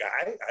guy